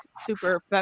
super